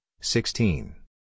sixteen